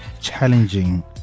challenging